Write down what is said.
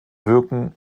wirken